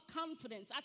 confidence